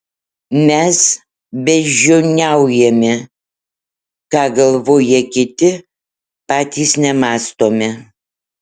mes beždžioniaujame ką galvoja kiti patys nemąstome